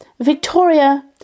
Victoria